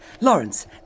Lawrence